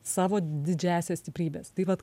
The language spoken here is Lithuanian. savo didžiąsias stiprybes taip vat